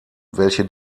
welche